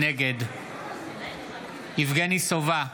נגד יבגני סובה,